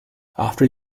after